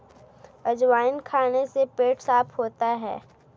अजवाइन खाने से पेट साफ़ होता है